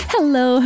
Hello